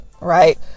right